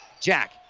Jack